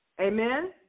Amen